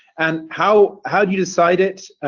and how how do you decide it